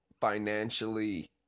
financially